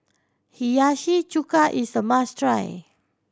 Hiyashi Chuka is a must try